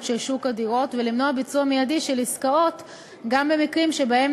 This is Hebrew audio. של שוק הדירות ולמנוע ביצוע מיידי של עסקאות גם במקרים שבהם